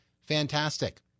Fantastic